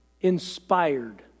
inspired